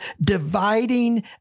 dividing